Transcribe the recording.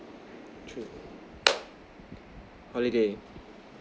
two holiday